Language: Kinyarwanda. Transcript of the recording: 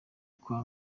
kwa